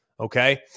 Okay